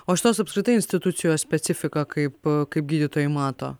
o šitos apskritai institucijos specifiką kaip kaip gydytojai mato